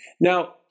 Now